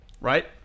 Right